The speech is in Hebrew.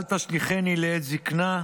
"אל תשליכני לעת זקנה,